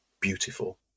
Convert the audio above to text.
beautiful